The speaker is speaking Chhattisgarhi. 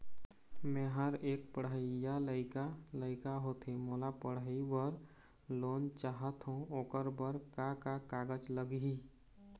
मेहर एक पढ़इया लइका लइका होथे मोला पढ़ई बर लोन चाहथों ओकर बर का का कागज लगही?